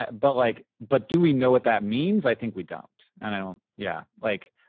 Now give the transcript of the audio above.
but but like, but do we know what that means? i think we don't. and i don't, yeah. like,